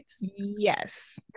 yes